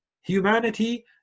Humanity